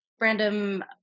random